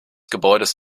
gebäudes